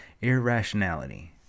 irrationality